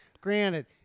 Granted